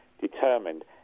determined